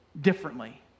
differently